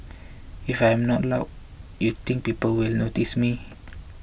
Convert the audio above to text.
if I am not loud you think people will notice me